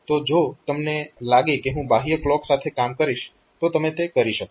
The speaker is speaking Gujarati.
તો જો તમને લાગે કે હું બાહ્ય ક્લોક સાથે કામ કરીશ તો તમે તે કરી શકો છો